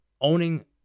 owning